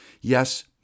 Yes